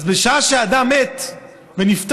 אז בשעה שאדם מת ונפטר,